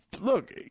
look